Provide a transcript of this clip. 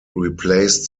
replaced